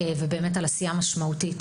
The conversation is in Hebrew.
ועל עשייה משמעותית.